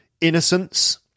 innocence